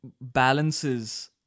balances